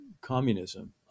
communism